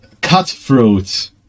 cutthroat